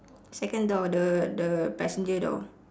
second door the the passenger door